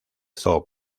zoo